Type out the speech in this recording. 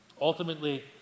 Ultimately